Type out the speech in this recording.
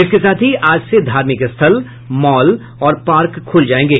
इसके साथ ही आज से धार्मिक स्थल मॉल और पार्क खुल जायेंगे